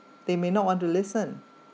they may not want to listen